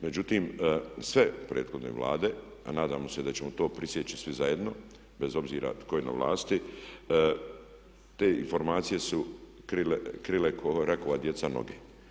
Međutim, sve prethodne Vlade, a nadamo se da ćemo to prisjeći svi zajedno bez obzira tko je na vlati, te informacije su krile ko rakova djeca noge.